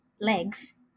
legs